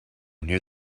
near